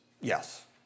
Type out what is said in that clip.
yes